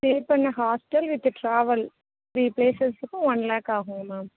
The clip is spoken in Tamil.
ஸ்டே பண்ண ஹாஸ்டல் வித் ட்ராவல் த்ரீ ப்ளேசஸ்க்கு ஒன் லேக் ஆகும் மேம்